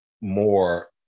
more